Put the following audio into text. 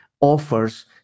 offers